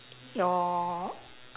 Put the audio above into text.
your